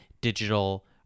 digital